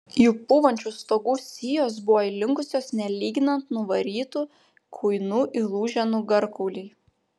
jų pūvančių stogų sijos buvo įlinkusios nelyginant nuvarytų kuinų įlūžę nugarkauliai